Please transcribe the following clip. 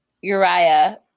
uriah